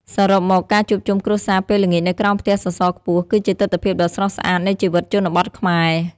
សរុបមក ការជួបជុំគ្រួសារពេលល្ងាចនៅក្រោមផ្ទះសសរខ្ពស់ គឺជាទិដ្ឋភាពដ៏ស្រស់ស្អាតនៃជីវិតជនបទខ្មែរ។